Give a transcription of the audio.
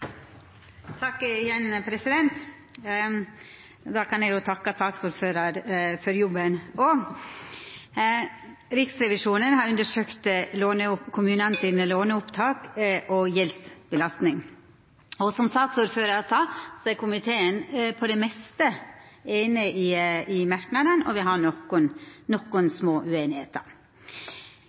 kan eg jo takka saksordføraren for jobben òg! Riksrevisjonen har undersøkt låneopptaka til kommunane og gjeldsbelastninga. Som saksordføraren sa, er komiteen for det meste einig i merknadene – me har nokre små ueinigheiter.